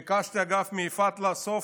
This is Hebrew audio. ביקשתי, אגב, מיפעת לאסוף